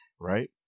Right